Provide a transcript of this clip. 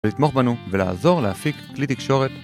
לתמוך בנו ולעזור להפיק כלי תקשורת